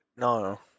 No